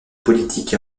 politique